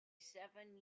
seven